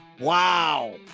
Wow